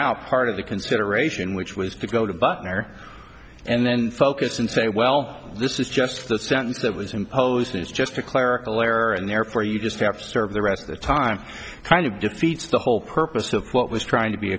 out part of the consideration which was to go to butner and then focus and say well this is just the sentence that was imposed is just a clerical error and therefore you just have to serve the rest of the time kind of defeats the whole purpose of what was trying to be